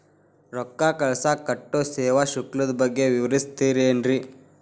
ರೊಕ್ಕ ಕಳಸಾಕ್ ಕಟ್ಟೋ ಸೇವಾ ಶುಲ್ಕದ ಬಗ್ಗೆ ವಿವರಿಸ್ತಿರೇನ್ರಿ?